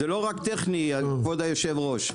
זה לא רק טכני, אדוני היושב-ראש.